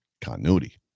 Continuity